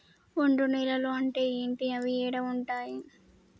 ఒండ్రు నేలలు అంటే ఏంటి? అవి ఏడ ఉంటాయి?